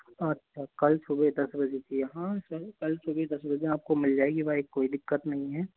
अच्छा कल सुबह दस बजे चाहिए हाँ कल सुबह दस बजे आपको मिल जाएगी बाइक कोई दिक्कत नहीं है